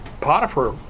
Potiphar